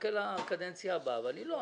נחכה לקדנציה הבאה אבל אני לא.